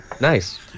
Nice